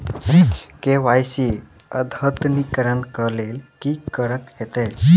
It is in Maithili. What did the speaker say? के.वाई.सी अद्यतनीकरण कऽ लेल की करऽ कऽ हेतइ?